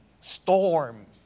storms